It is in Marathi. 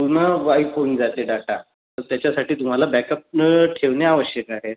पूर्ण वाईप होऊन जाते डाटा तर त्याच्यासाठी तुम्हाला बॅकअप ठेवणे आवश्यक आहे